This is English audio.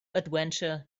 adventure